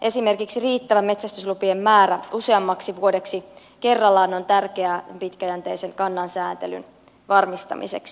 esimerkiksi riittävä metsästyslupien määrä useammaksi vuodeksi kerrallaan on tärkeää pitkäjänteisen kannan sääntelyn varmistamiseksi